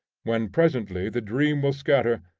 when presently the dream will scatter,